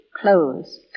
Clothes